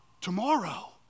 tomorrow